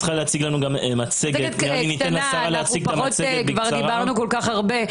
ניתן לשרה להציג מצגת קצרה --- כבר דיברו כל כך הרבה,